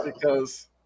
Because-